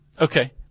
Okay